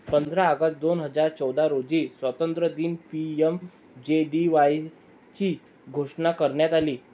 पंधरा ऑगस्ट दोन हजार चौदा रोजी स्वातंत्र्यदिनी पी.एम.जे.डी.वाय ची घोषणा करण्यात आली